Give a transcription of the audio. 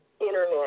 Internet